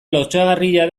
lotsagarria